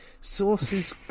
Sources